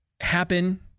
happen